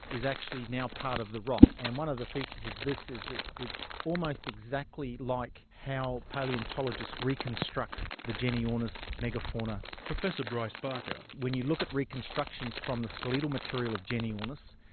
is actually now part of the rock. and one of the features of this is it's almost exactly like how palaeontologists reconstruct the genyornis mega-fauna. professor bryce barker. when you look at reconstructions from the skeletal material of genyornis,